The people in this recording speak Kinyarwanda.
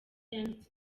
yanditse